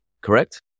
correct